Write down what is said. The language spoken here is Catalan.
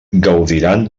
gaudiran